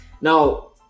now